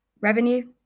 Revenue